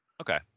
okay